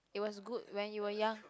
it was good when you were young